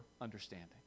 understanding